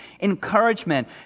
encouragement